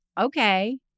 okay